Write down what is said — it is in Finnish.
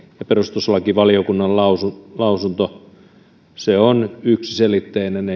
ja perustuslakivaliokunnan lausunto lausunto on yksiselitteinen